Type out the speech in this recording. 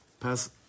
pass